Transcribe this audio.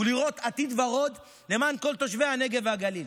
הוא לראות עתיד ורוד למען כל תושבי הנגב והגליל.